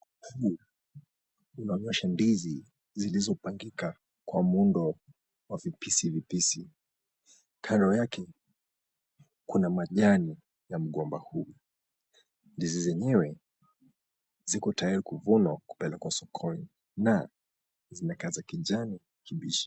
Unaonyesha ndizi zilizopangika kwa muundo wa vipisi vipisi. Kano yake kuna majani ya mgomba huu. Ndizi zenyewe ziko tayari kuvunwa kupelekwa sokoni na zinakaa za kijani kibichi.